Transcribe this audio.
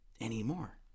anymore